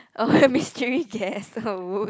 oh my mystery guess oh whoops